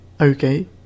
Okay